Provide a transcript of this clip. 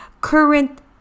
current